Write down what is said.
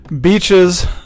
beaches